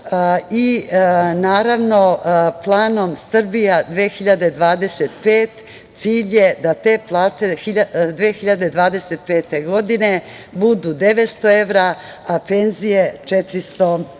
Naravno, planom "Srbija 2025" cilj je da te plate 2025. godine budu 900 evra, a penzije 440 evra. Kada